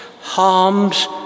harms